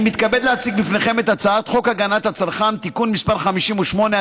אני מתכבד להציג לפניכם את הצעת חוק הגנת הצרכן (תיקון מס' 58),